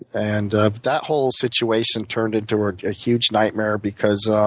and that whole situation turned into a huge nightmare because